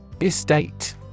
Estate